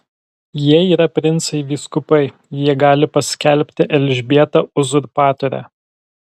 jie yra princai vyskupai jie gali paskelbti elžbietą uzurpatore